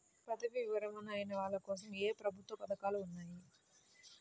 పదవీ విరమణ అయిన వాళ్లకోసం ఏ ప్రభుత్వ పథకాలు ఉన్నాయి?